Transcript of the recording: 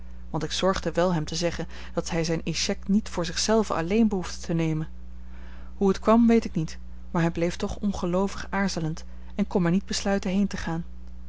want ik zorgde wel hem te zeggen dat hij zijn échec niet voor zich zelven alleen behoefde te nemen hoe het kwam weet ik niet maar hij bleef toch ongeloovig aarzelend en kon maar niet besluiten heen te gaan